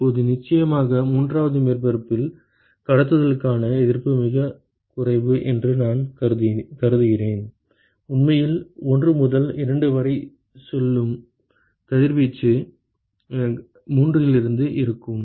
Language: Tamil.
இப்போது நிச்சயமாக மூன்றாவது மேற்பரப்பில் கடத்துதலுக்கான எதிர்ப்பு மிகக் குறைவு என்று நான் கருதினேன் உண்மையில் 1 முதல் 2 வரை செல்லும் சுவர் கதிர்வீச்சு 3 இலிருந்து இருக்கும்